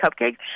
cupcakes